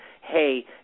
hey